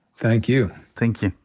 thank you. thank you.